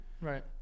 Right